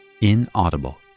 inaudible